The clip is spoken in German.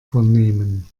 vernehmen